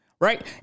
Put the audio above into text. right